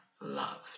loved